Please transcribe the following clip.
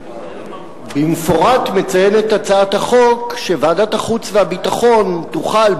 במפורט מציינת הצעת החוק שוועדת החוץ והביטחון תוכל,